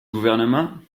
gouvernement